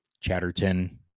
Chatterton